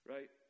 Right